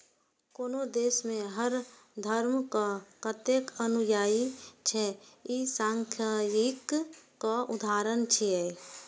कोनो देश मे हर धर्मक कतेक अनुयायी छै, ई सांख्यिकीक उदाहरण छियै